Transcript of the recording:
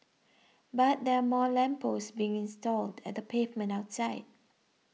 but there are more lamp posts being stalled at the pavement outside